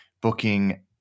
booking